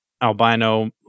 albino